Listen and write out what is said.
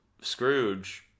Scrooge